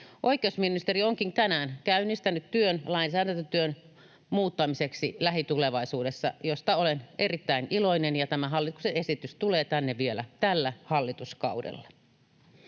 Oikeusministeriö onkin tänään käynnistänyt työn lainsäädännön muuttamiseksi lähitulevaisuudessa, josta olen erittäin iloinen, ja tämä hallituksen esitys tulee tänne vielä tällä hallituskaudella.